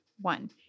one